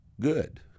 Good